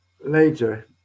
later